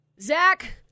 Zach